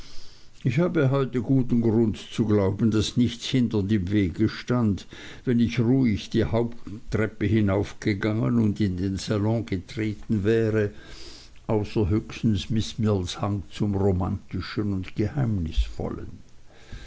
ich habe heute guten grund zu glauben daß nichts hindernd im wege stand wenn ich ruhig die haupttreppe hinaufgegangen und in den salon getreten wäre außer höchstens miß mills hang zum romantischen und geheimnisvollen